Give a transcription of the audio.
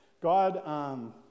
God